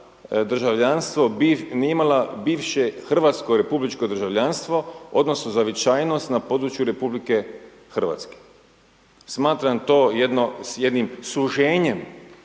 državljanstvo, nije imalo bivše hrvatsko republičko državljanstvo odnosno zavičajnost na području RH. Smatram to jednim suženjem